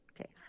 Okay